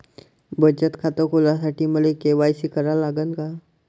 बचत खात खोलासाठी मले के.वाय.सी करा लागन का?